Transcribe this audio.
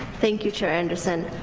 thank you chair anderson.